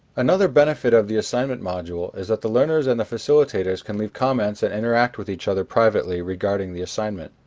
another benefit of the assignment module is that the learners and the facilitators can leave comments and interact with each other privately regarding the assignment,